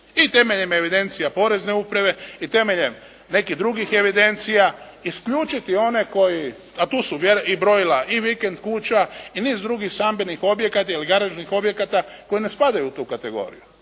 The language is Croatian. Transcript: i temeljem evidencija porezne uprave i temeljem nekih drugih evidencija isključiti one koji, a tu su i brojila i vikend kuća i niz drugih stambenih objekata ili garažnih objekata koji ne spadaju u tu kategoriju.